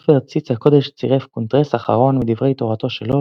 לספר ציץ הקודש צירף "קונטרס אחרון" מדברי תורתו שלו,